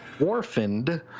Orphaned